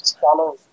follow